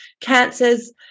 cancers